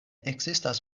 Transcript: ekzistas